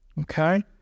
okay